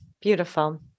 Beautiful